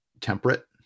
temperate